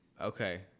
Okay